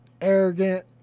Arrogant